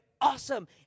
awesome